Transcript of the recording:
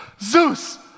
Zeus